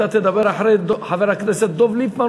אתה תדבר אחרי חבר הכנסת דב ליפמן,